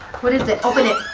what is it, open it.